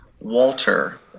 Walter